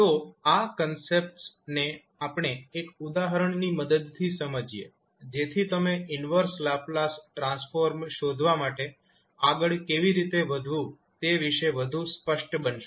તો આ કન્સેપ્ટ્સને આપણે એક ઉદાહરણની મદદથી સમજીએ જેથી તમે ઈન્વર્સ લાપ્લાસ ટ્રાન્સફોર્મ શોધવા માટે આગળ કેવી રીતે વધવું તે વિશે તમે વધુ સ્પષ્ટ બનશો